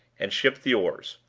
and ship the oars.